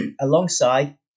Alongside